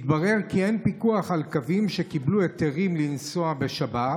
התברר כי אין פיקוח על קווים שקיבלו היתרים לנסוע בשבת.